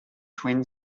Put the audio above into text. twin